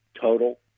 total